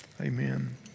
amen